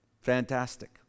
fantastic